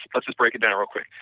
let's just break it down real quick.